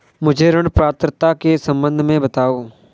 मुझे ऋण पात्रता के सम्बन्ध में बताओ?